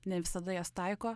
ne visada jas taiko